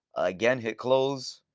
again, hit close,